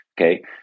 Okay